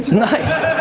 nice.